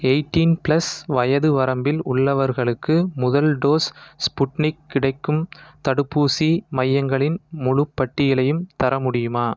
எய்டின் plus வயது வரம்பில் உள்ளவர்களுக்கு முதல் டோஸ் ஸ்புட்னிக் கிடைக்கும் தடுப்பூசி மையங்களின் முழுப் பட்டியலையும் தர முடியுமா